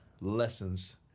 lessons